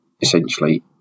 essentially